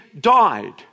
died